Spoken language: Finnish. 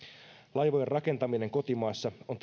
laivojen rakentaminen kotimaassa on